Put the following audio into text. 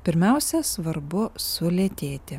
pirmiausia svarbu sulėtėti